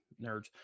nerds